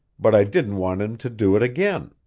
but i didn't want him to do it again.